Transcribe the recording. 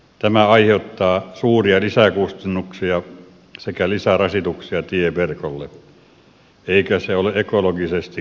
tämä aiheuttaa suuria lisäkustannuksia sekä lisärasituksia tieverkolle eikä se ole ekologisestikaan järkevää